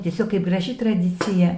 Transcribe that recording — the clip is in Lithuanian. tiesiog kaip graži tradicija